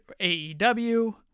AEW